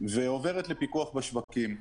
ועוברת לפיקוח בשווקים.